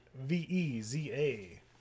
V-E-Z-A